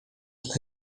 dla